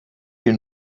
you